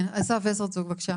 אסף וסרצוג, בבקשה.